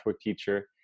teacher